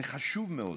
וחשוב מאוד